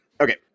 Okay